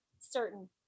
certain